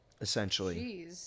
essentially